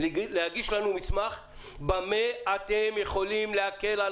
להגיש לנו מסמך במה אתם יכולים להקל על